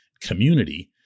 community